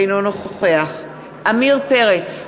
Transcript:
אינו נוכח עמיר פרץ,